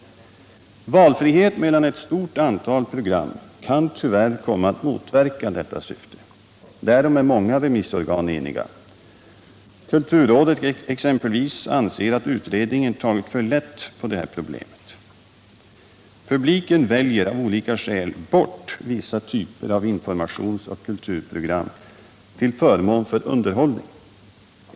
Valfriheten mellan ett stort antal program kan tyvärr komma att motverka detta syfte. Därom är många remissorgan eniga. Kulturrådet exempelvis anser att utredningen har tagit för lätt på detta problem. Publiken väljer av olika skäl bort vissa typer av informationsoch kulturprogram till förmån för underhållning.